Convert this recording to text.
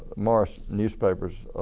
mars newspapers,